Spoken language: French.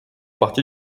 partie